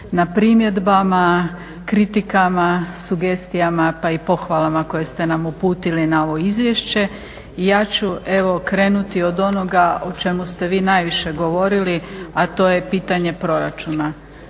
na primjedbama, kritikama, sugestijama pa i pohvalama koje ste nam uputili na ovo izvješće. Ja ću krenuti od onoga o čemu ste vi najviše govorili, a to je pitanje proračuna.